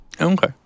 Okay